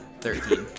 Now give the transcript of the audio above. Thirteen